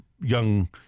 young